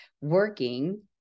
working